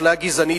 אפליה גזענית,